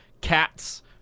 cats